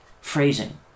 phrasing